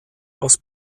aus